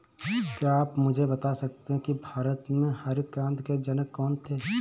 क्या आप मुझे बता सकते हैं कि भारत में हरित क्रांति के जनक कौन थे?